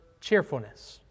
cheerfulness